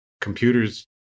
Computers